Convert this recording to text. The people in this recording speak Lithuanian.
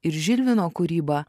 ir žilvino kūrybą